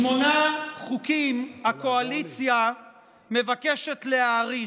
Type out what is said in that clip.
שמונה חוקים הקואליציה מבקשת להאריך,